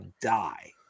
die